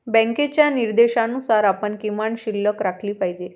बँकेच्या निर्देशानुसार आपण किमान शिल्लक राखली पाहिजे